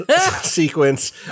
sequence